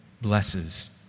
blesses